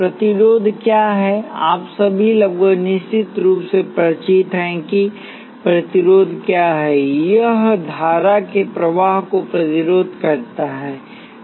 प्रतिरोध क्या है आप सभी लगभग निश्चित रूप से परिचित हैं कि प्रतिरोध क्या है यह धारा के प्रवाह का प्रतिरोध करता है